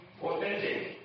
authentic